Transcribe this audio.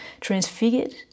transfigured